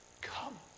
come